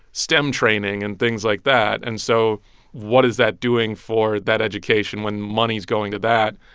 stem training and things like that. and so what is that doing for that education when money is going to that,